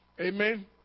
Amen